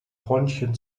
bronchien